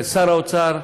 לשר האוצר,